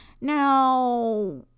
now